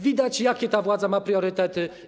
Widać, jakie ta władza ma priorytety.